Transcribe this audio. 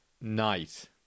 night